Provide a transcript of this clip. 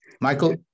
Michael